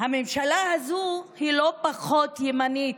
הממשלה הזו היא לא פחות ימנית,